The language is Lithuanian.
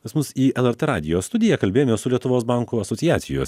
pas mus į lrt radijo studiją kalbėjome su lietuvos bankų asociacijos